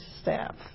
staff